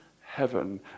heaven